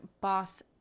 boss